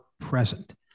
present